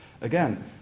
Again